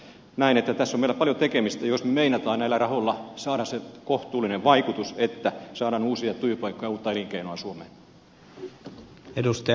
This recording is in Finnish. näen että tässä on meillä paljon tekemistä jos me meinaamme näillä rahoilla saada se kohtuullinen vaikutus että saadaan uusia työpaikkoja ja uutta elinkeinoa suomeen